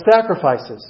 sacrifices